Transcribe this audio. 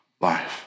life